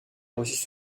reçu